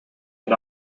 can